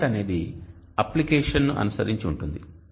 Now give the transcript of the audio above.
P0 అనేది application ను అనుసరించి ఉంటుంది